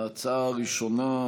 ההצעה הראשונה,